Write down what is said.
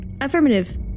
Affirmative